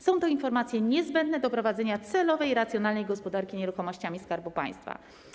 Są to informacje niezbędne do prowadzenia celowej i racjonalnej gospodarki nieruchomościami Skarbu Państwa.